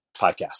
podcast